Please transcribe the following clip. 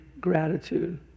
gratitude